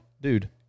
dude